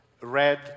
red